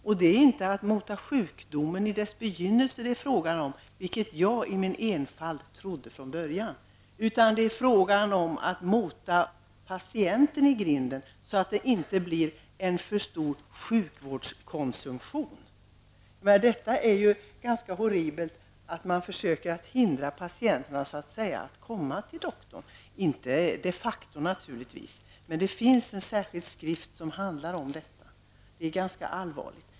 Det är dock inte fråga om att mota sjukdomen i dess begynnelse, vilket jag i min enfald i början trodde, utan det är fråga om att mota patienten i grind, så att det inte blir en för stor sjukvårdskonsumtion. Det är ganska horribelt att man försöker att hindra patienterna från att komma till läkaren. Sådan är naturligtvis inte inställningen de facto, men det finns en särskild skrift som handlar om detta. Det är ganska allvarligt.